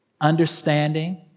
understanding